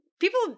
people